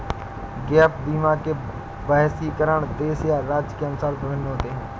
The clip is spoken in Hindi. गैप बीमा के बहिष्करण देश या राज्य के अनुसार भिन्न होते हैं